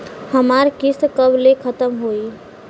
हमार किस्त कब ले खतम होई?